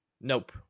Nope